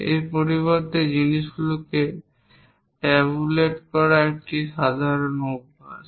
এর পরিবর্তে জিনিসগুলিকে ট্যাবুলেট করা একটি সাধারণ অভ্যাস